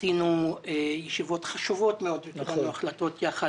עשינו ישיבות והחלטות חשובות מאוד